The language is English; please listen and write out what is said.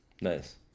Nice